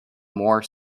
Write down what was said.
more